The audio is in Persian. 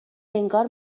انگار